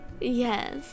Yes